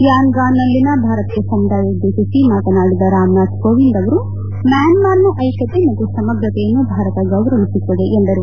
ಯಾನ್ಗಾನ್ನಲ್ಲಿನ ಭಾರತೀಯ ಸಮುದಾಯ ಉದ್ದೇಶಿಸಿ ಮಾತನಾಡಿದ ರಾಮ್ನಾಥ್ ಕೋವಿಂದ್ ಮ್ಯಾನ್ಮಾರ್ನ ಐಕ್ಯತೆ ಮತ್ತು ಸಮಗ್ರತೆಯನ್ನು ಭಾರತ ಗೌರವಿಸುತ್ತದೆ ಎಂದರು